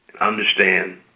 Understand